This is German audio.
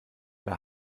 der